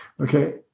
Okay